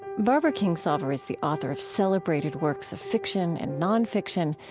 barbara kingsolver is the author of celebrated works of fiction and nonfiction,